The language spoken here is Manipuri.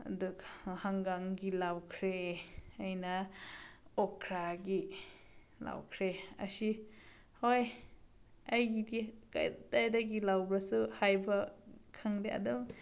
ꯑꯗꯨꯒ ꯍꯪꯒꯥꯝꯒꯤ ꯂꯧꯈ꯭ꯔꯦ ꯑꯩꯅ ꯑꯣꯛꯈ꯭ꯔꯥꯒꯤ ꯂꯧꯈ꯭ꯔꯦ ꯑꯁꯤ ꯍꯣꯏ ꯑꯩꯒꯤꯗꯤ ꯀꯗꯥꯏꯗꯒꯤ ꯂꯧꯕ꯭ꯔꯥꯁꯨ ꯍꯥꯏꯕ ꯈꯪꯗꯦ ꯑꯗꯨꯝ